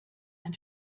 ein